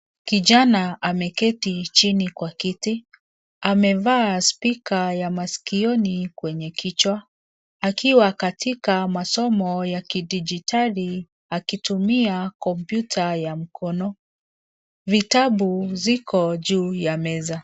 Kijana ameketi chini kwa kiti. Amevaa spika ya maskioni kwenye kichwa akiwa katika masomo ya kidijitali akitumia kompyuta ya mkono. Vitabu viko juu ya meza.